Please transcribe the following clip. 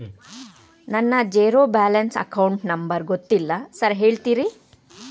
ನನ್ನ zero balance account number ಗೊತ್ತಿಲ್ಲ sir ಹೇಳ್ತೇರಿ?